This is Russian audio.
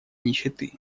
нищеты